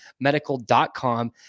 medical.com